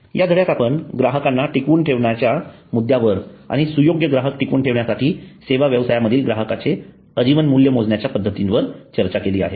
या धड्यात आपण ग्राहकांना टिकवून ठेवण्याच्या मुद्द्यांवर आणि सुयोग्य ग्राहक टिकवून ठेवण्यासाठी सेवा व्यवसायामधील ग्राहकाचे आजीवन मूल्य मोजण्याच्या पद्धतीवर चर्चा केली आहे